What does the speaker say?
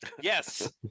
Yes